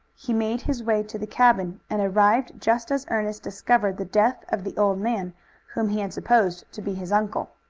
he made his way to the cabin, and arrived just as ernest discovered the death of the old man whom he had supposed to be his uncle.